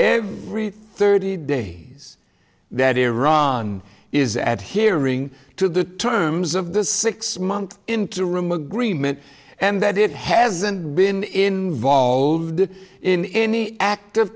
every thirty days that iran is at hearing to the terms of the six month interim agreement and that it hasn't been involved in any act of